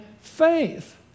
faith